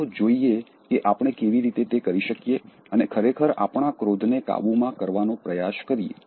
ચાલો જોઈએ કે આપણે કેવી રીતે તે કરી શકીએ અને ખરેખર આપણા ક્રોધને કાબૂમાં કરવાનો પ્રયાસ કરીએ